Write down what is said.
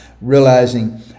realizing